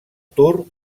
tour